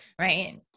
Right